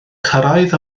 cyrraedd